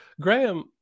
Graham